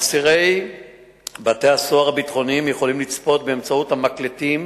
אסירי בתי-הסוהר הביטחוניים יכולים לצפות באמצעות המקלטים